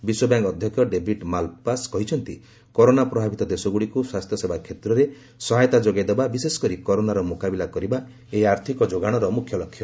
ବିଶ୍ୱବ୍ୟାଙ୍କ ଅଧ୍ୟକ୍ଷ David Malpass କହିଛନ୍ତି corona ପ୍ରଭାବିତ ଦେଶଗୁଡ଼ିକୁ ସ୍ୱାସ୍ଥ୍ୟସେବା କ୍ଷେତ୍ରରେ ସହାୟତା ଯୋଗାଇଦେବା ବିଶେଷକରି କରୋନାର ମୁକାବିଲା କରିବା ଏହି ଆର୍ଥିକ ଯୋଗାଣର ମୁଖ୍ୟଲକ୍ଷ୍ୟ